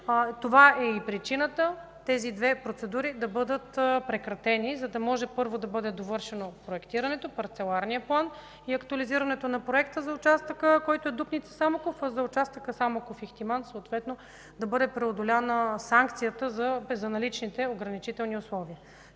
Това е и причината тези две процедури да бъдат прекратени, за да може първо да бъде довършено проектирането, парцеларния план и актуализирането на проекта Дупница – Самоков, а за участъка Самоков – Ихтиман да бъде преодоляна санкцията за наличните ограничителни условия.